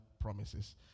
promises